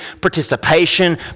participation